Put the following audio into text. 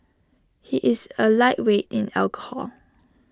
he is A lightweight in alcohol